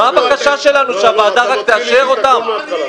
מה הבקשה שלנו, שהוועדה רק תאשר אותם?